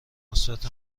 مثبت